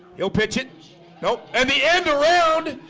he'll pitch it nope, and the end around